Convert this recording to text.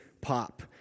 pop